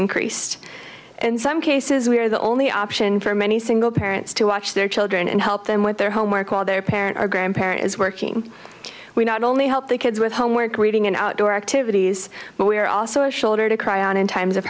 increased in some cases we are the only option for many single parents to watch their children and help them with their homework while their parent or grandparent is working we not only help the kids with homework reading and outdoor activities but we are also a shoulder to cry on in times of